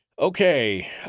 Okay